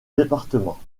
département